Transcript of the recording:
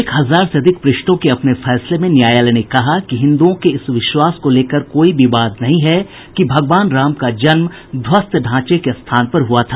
एक हजार से अधिक प्रष्ठों के अपने फैसले में न्यायालय ने कहा कि हिन्दुओं के इस विश्वास को लेकर कोई विवाद नहीं है कि भगवान राम का जन्म ध्वस्त ढांचे के स्थान पर हुआ था